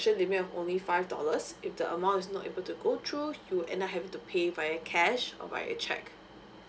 extension limit of only five dollars if the amount is not able to go through you and I have to pay via cash or via check